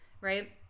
right